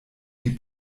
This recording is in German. die